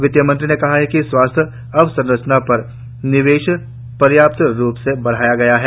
वित्तमंत्री ने कहा कि स्वास्थ्य अवसंरचना पर निवेश पर्याप्त रूप से बढ़ाया गया है